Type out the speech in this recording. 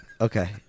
okay